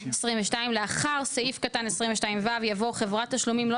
הסתייגות 22: "לאחר סעיף קטן 22(ו) יבוא: "חברת תשלומים לא